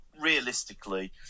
realistically